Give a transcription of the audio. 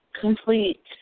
complete